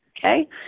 okay